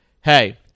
hey